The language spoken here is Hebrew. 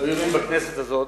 בכנסת הזאת,